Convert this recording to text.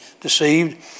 deceived